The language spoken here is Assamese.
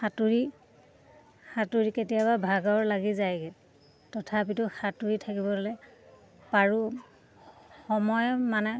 সাঁতুৰি সাঁতুৰি কেতিয়াবা ভাগৰ লাগি যায়গৈ তথাপিতো সাঁতুৰি থাকিবলৈ পাৰোঁ সময় মানে